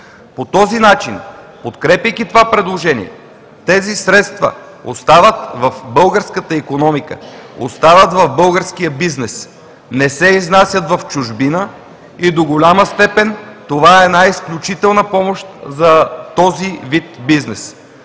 По този начин, подкрепяйки това предложение, тези средства остават в българската икономика, остават в българския бизнес, не се изнасят в чужбина и до голяма степен това е една изключителна помощ за този вид бизнес.